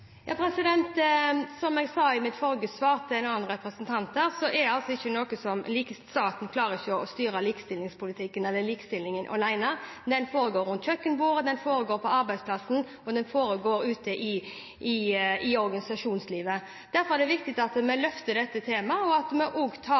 Som jeg sa i mitt forrige svar, til en annen representant, klarer ikke staten å styre likestillingen alene – den foregår rundt kjøkkenbordet, den foregår på arbeidsplassen, og den foregår ute i organisasjonslivet. Derfor er det viktig at vi løfter dette temaet, og at vi også tar